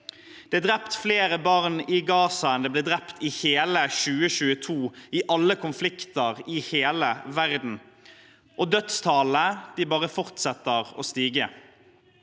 Det er drept flere barn i Gaza enn det ble drept i hele 2022 i alle konflikter i hele verden. Og dødstallene bare fortsetter å stige.